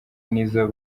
nizzo